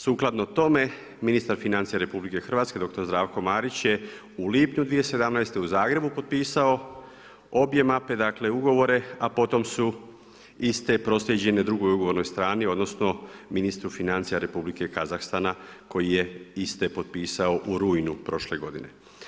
Sukladno tome, ministar financija RH dr. Zdravko Marić je u lipnju 2017. u Zagrebu potpisao obje mape, dakle ugovore a potom su iste proslijeđene drugoj ugovornoj strani odnosno ministru financija Republike Kazahstana koji je iste potpisao rujnu prošle godine.